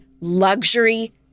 luxury